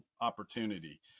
opportunity